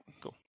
Cool